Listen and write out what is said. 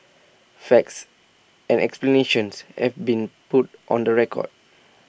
facts and explanations have been put on the record